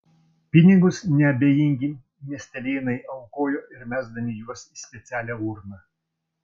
pinigus neabejingi miestelėnai aukojo ir mesdami juos į specialią urną